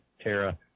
Tara